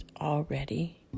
already